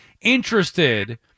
interested